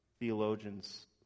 theologians